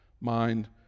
mind